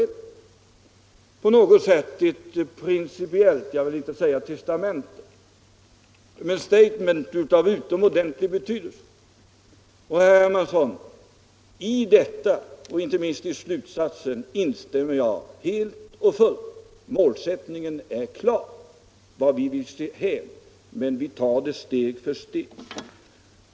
Detta är om inte ett testamente så i varje fall ett principiellt statement av utomordentlig betydelse. I detta, herr Hermansson, och inte minst i slutsatsen instämmer jag helt och fullt. Målsättningen är klar, vart vi vill hän, men vi tar det steg för steg.